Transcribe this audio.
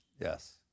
Yes